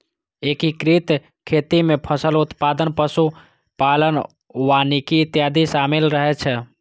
एकीकृत खेती मे फसल उत्पादन, पशु पालन, वानिकी इत्यादि शामिल रहै छै